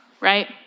right